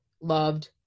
loved